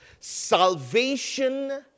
Salvation